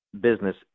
business